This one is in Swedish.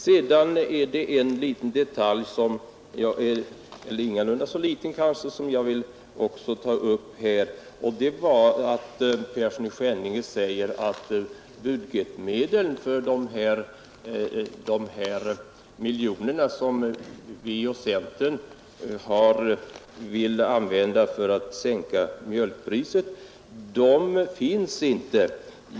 Vidare är det en liten detalj — ingalunda så liten, kanske — som jag vill ta upp här. Herr Persson i Skänninge sade att budgetmedlen för de 200 miljonerna som vi och centern vill använda för att sänka mjölkpriset inte finns.